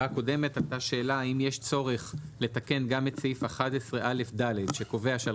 הקודמת עלתה שאלה האם יש צורך לתקן גם את סעיף 11א(ד) שקובע שעל